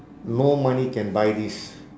no money can buy this